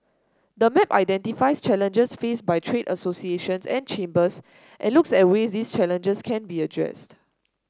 the map identifies challenges faced by trade associations and chambers and looks at ways these challenges can be addressed